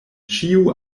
ĉiu